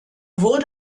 wurde